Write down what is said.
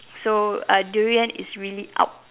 so uh durian is really out